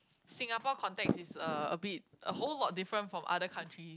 Singapore context is uh a bit a whole lot different from other country